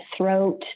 throat